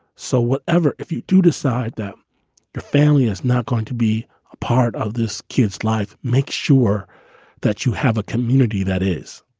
so whatever. if you do decide that your family is not going to be a part of this kid's life, make sure that you have a community that is.